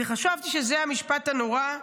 חשבתי שזה המשפט הנורא,